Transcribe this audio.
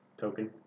Token